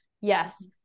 Yes